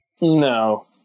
No